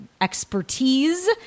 expertise